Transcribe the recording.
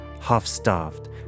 half-starved